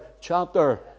chapter